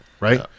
right